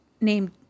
named